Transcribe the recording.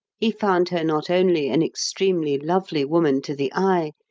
he found her not only an extremely lovely woman to the eye,